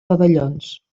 pavellons